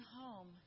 home